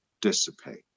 dissipate